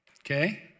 Okay